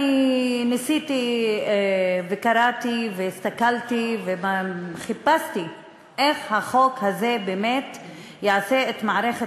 אני ניסיתי וקראתי והסתכלתי וחיפשתי איך החוק הזה באמת יעשה את מערכת